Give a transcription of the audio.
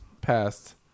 passed